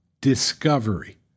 discovery